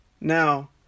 Now